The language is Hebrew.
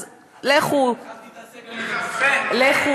אז לכו, תאכלו, תנוחו.